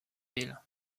ville